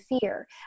fear